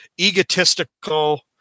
egotistical